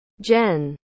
Jen